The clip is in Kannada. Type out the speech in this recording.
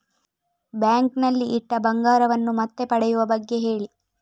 ಬ್ಯಾಂಕ್ ನಲ್ಲಿ ಇಟ್ಟ ಬಂಗಾರವನ್ನು ಮತ್ತೆ ಪಡೆಯುವ ಬಗ್ಗೆ ಹೇಳಿ